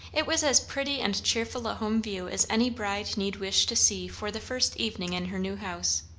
it was as pretty and cheerful a home view as any bride need wish to see for the first evening in her new house.